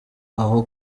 aho